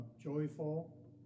joyful